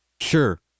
Sure